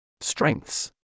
Strengths